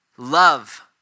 Love